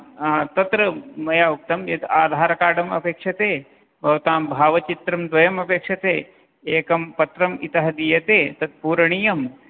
तत्र मया उक्तं यत् आधारकार्डम् अपेक्षते भवतां भावचित्रं द्वयम् अपेक्षते एकं पत्रं इतः दीयते तत् पूरणीयं